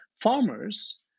farmers